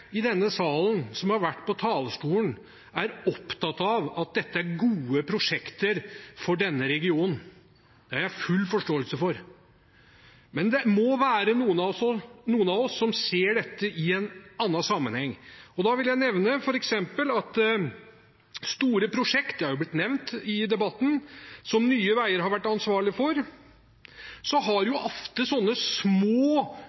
i denne salen som har vært på talerstolen, er opptatt av at dette er gode prosjekter for denne regionen. Det har jeg full forståelse for. Men det må være noen av oss som ser dette i en annen sammenheng. Da vil jeg nevne at i f.eks. store prosjekt, som er nevnt i debatten, som Nye Veier har vært ansvarlig for, har